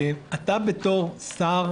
אתה בתור שר